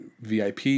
VIP